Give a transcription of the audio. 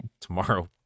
tomorrow